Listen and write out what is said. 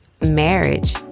marriage